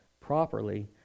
properly